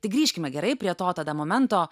tai grįžkime gerai prie to tada momento